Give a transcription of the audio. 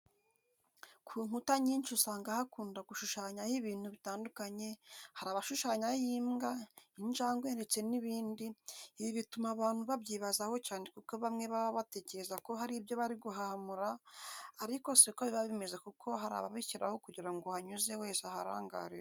Ku nkuta nyinshi usanga bakunda gushushanyaho ibintu bitandukanye hari abashushanyaho imbwa, injangwe ndetse n'ibindi, ibi bituma abantu babyibazaho cyane kuko bamwe baba batekereza ko hari ibyo bari guhamura ariko si ko biba bimeze kuko hari ababishyiraho kugira ngo uhanyuze wese aharangarire.